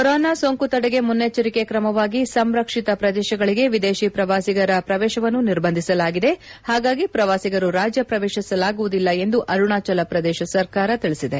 corona ಸೋಂಕು ತಡೆಗೆ ಮನ್ನೆಚ್ಚರಿಕೆ ಕ್ರಮವಾಗಿ ಸಂರಕ್ಷಿತ ಪ್ರದೇಶಗಳಿಗೆ ವಿದೇಶಿ ಪ್ರವಾಸಿಗರ ಪ್ರವೇಶನ್ನು ನಿರ್ಬಂಧಿಸಲಾಗಿದೆ ಹಾಗಾಗಿ ಪ್ರವಾಸಿಗರು ರಾಜ್ಯ ಪ್ರವೇಶಿಸಲಾಗುವುದಿಲ್ಲ ಎಂದು ಅರುಣಾಚಲ ಪ್ರದೇಶ ಸರ್ಕಾರ ತಿಳಿಸಿದೆ